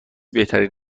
بهترین